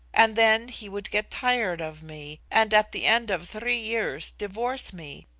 and then he would get tired of me, and at the end of three years divorce me,